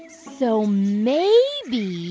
so maybe.